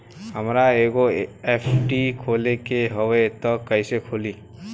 हमरा एगो एफ.डी खोले के हवे त कैसे खुली?